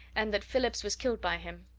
and that phillips was killed by him.